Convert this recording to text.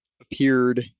appeared